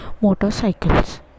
motorcycles